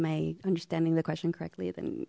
my understanding the question correctly then